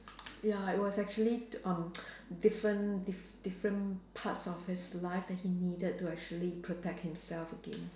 ya it was actually um different diff~ different parts of his life that he needed to actually protect himself against